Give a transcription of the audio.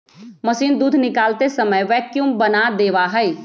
machine दूध निकालते समय वैक्यूम बना देवा हई